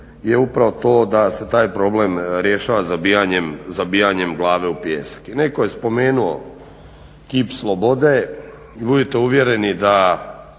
je upravo to da se taj problem rješava zabijanjem glave u pijesak. I netko je spomenuo kip slobode. Budite uvjereni da